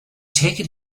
taken